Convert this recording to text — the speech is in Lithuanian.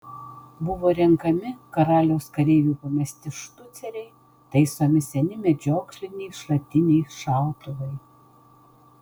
buvo renkami karaliaus kareivių pamesti štuceriai taisomi seni medžiokliniai šratiniai šautuvai